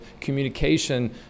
communication